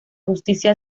justicia